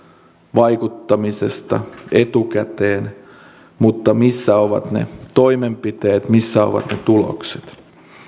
vaikuttamisesta etukäteen mutta missä ovat ne toimenpiteet missä ovat ne tulokset